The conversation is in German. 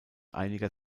einiger